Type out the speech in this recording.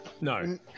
no